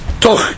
Toch